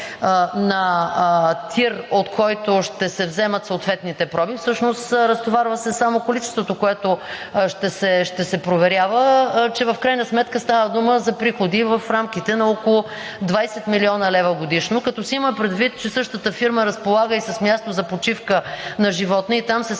на ТИР, от който ще се вземат съответните проби, всъщност разтоварва се само количеството, което ще се проверява. В крайна сметка става дума за приходи в рамките на около 20 млн. лв. годишно, като се има предвид, че същата фирма разполага и с място за почивка на животни, и там се събират